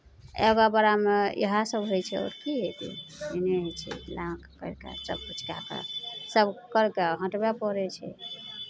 एगो गोरामे इएहसभ होइ छै आओर की होइ छै ओ नहि होइ छै नाक करि कऽ सभकिछु कए कऽ सभ करि कऽ हटबय पड़ै छै